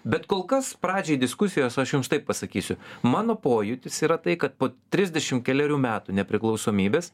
bet kol kas pradžiai diskusijos aš jums taip pasakysiu mano pojūtis yra tai kad po trisdešimt kelerių metų nepriklausomybės